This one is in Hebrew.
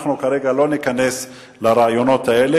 אנחנו כרגע לא ניכנס לרעיונות האלה,